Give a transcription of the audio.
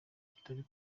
kitari